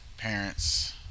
Parents